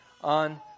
on